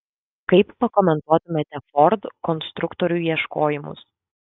kaip pakomentuotumėte ford konstruktorių ieškojimus